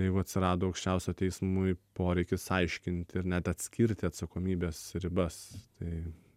jeigu atsirado aukščiausio teismui poreikis aiškinti ir net atskirti atsakomybės ribas tai